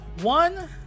one